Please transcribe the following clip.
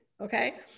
Okay